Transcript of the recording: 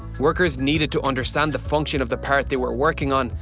workers needed to understand the function of the part they were working on,